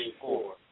four